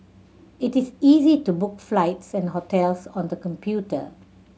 it is easy to book flights and hotels on the computer